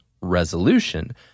resolution